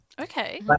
okay